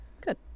Good